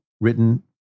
written